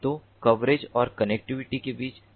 तो कवरेज और कनेक्टिविटी के बीच एक संबंध है